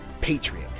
patriot